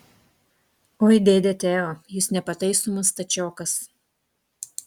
oi dėde teo jūs nepataisomas stačiokas